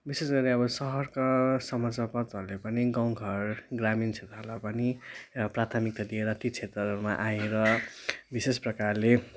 विशेष गरी अब सहरका समाचारपत्रहरूले पनि गाउँ घर ग्रामीण क्षेत्रलाई पनि प्राथमिकता दिएर ती क्षेत्रहरूमा आएर विशेष प्रकारले